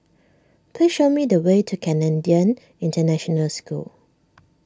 please show me the way to Canadian International School